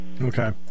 Okay